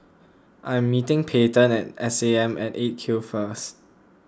I am meeting Payten at S A M at eight Q first